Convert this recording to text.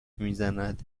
میزند